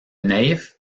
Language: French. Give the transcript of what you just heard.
naïf